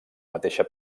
mateixa